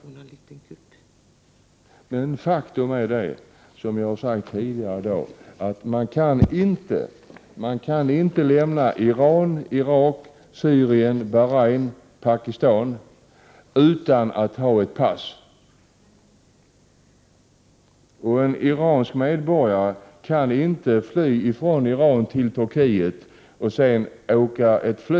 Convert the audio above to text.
Men faktum är, som jag har sagt tidigare i dag, att man inte kan lämna Iran, Irak, Syrien, Bahrain eller Pakistan utan att ha ett pass. En iransk medborgare kan inte fly från Iran till Turkiet och sedan ta flyget från människor som befinner sig i uppenbar nöd och har uppenbara problem.